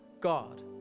God